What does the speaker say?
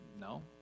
no